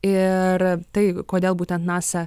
ir tai kodėl būtent nasa